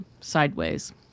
sideways